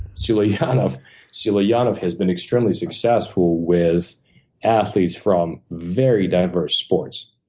sulianav kind of sulianav has been extremely successful with athletes from very diverse sports.